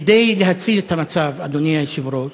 כדי להציל את המצב, אדוני היושב-ראש,